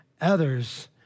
others